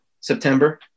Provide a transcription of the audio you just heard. September